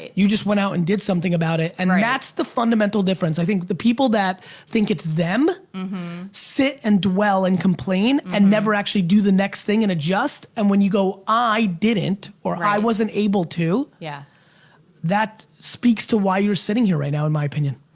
you just went out and did something about it and that's the fundamental difference. i think the people that think it's them sit and dwell and complain and never actually do the next thing and adjust and when you go i didn't or i wasn't able to, yeah that speaks to why you're sitting here right now in my opinion.